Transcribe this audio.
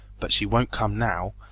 but she won't come now,